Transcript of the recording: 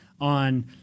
on